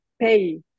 pay